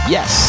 Yes